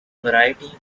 variety